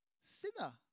sinner